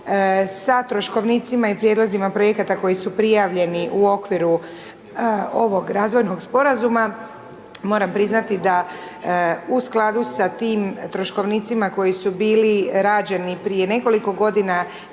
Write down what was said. sa troškovnicima i prijedlozima projekata koji su prijavljeni u okviru ovog razvojnog sporazuma, moram priznati da u skladu sa tim troškovnicima koji su bili rađeni prije nekoliko godina,